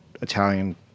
italian